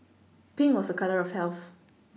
Pink was a colour of health